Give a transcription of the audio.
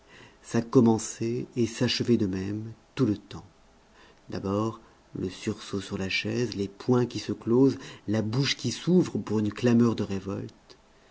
ça commençait et s'achevait de même tout le temps d'abord le sursaut sur la chaise les poings qui se closent la bouche qui s'ouvre pour une clameur de révolte